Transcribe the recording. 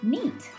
Neat